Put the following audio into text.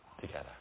together